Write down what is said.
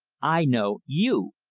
i know you,